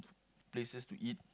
places to eat